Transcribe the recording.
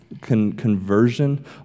conversion